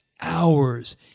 hours